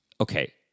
Okay